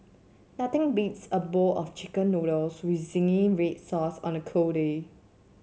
nothing beats a bowl of chicken noodles with zingy red sauce on a cold day